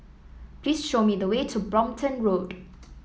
please show me the way to Brompton Road